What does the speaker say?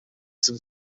zijn